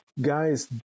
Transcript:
guys